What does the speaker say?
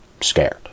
scared